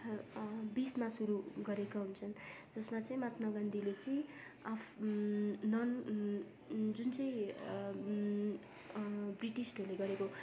बिसमा सुरु गरेकै हुन्छन् त्यसमा चाहिँ महात्मा गान्धीले चाहिँ अफ् नन् जुन चाहिँ ब्रिटिसहरूले गरेको